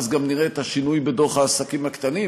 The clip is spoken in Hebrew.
ואז גם נראה את השינוי בדוח העסקים הקטנים.